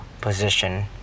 position